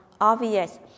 obvious